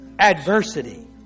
Adversity